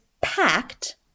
packed